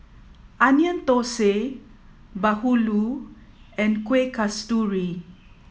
Onion Thosai Bahulu and Kueh Kasturi